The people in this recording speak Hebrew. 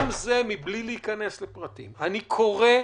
אני קורא,